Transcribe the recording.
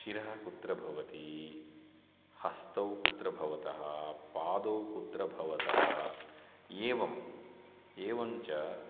शिरःकुत्र भवति हस्तौ कुत्र भवतः पादौ कुत्र भवतः एवम् एवञ्च